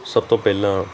ਸਭ ਤੋਂ ਪਹਿਲਾਂ